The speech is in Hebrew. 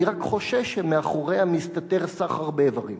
אני רק חושש שמאחוריה מסתתר סחר באיברים.